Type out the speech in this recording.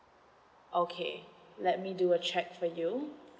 okay let me do a check for you